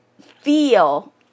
feel